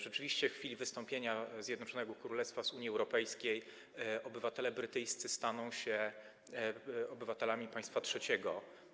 Rzeczywiście w chwili wystąpienia Zjednoczonego Królestwa z Unii Europejskiej obywatele brytyjscy staną się obywatelami państwa trzeciego.